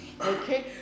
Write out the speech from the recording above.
okay